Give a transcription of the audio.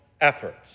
efforts